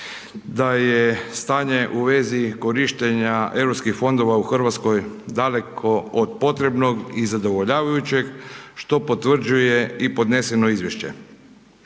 da je stanje u vezi korištenja europskih fondova u Hrvatskoj daleko od potrebnog i zadovoljavajućeg što potvrđuje i podneseno izvješće.